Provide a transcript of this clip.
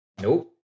Nope